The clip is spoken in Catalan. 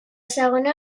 segona